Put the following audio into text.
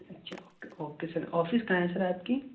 اچھا okay sir office کہاں ہے سر آپ کی